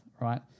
Right